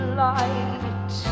light